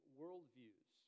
worldviews